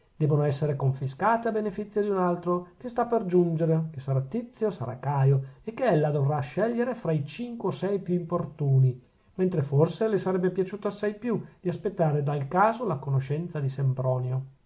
debbono essere confiscate a benefizio di un altro che sta per giungere che sarà tizio sarà caio e che ella dovrà scegliere fra i cinque o sei più importuni mentre forse le sarebbe piaciuto assai più di aspettare dal caso la conoscenza di sempronio